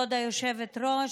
כבוד היושבת-ראש,